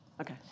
Okay